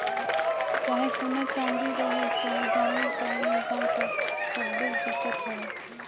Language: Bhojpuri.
चाहे सोना चाँदी रहे, चाहे जानवर चाहे इन्सान सब्बे बिकत हवे